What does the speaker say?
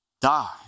die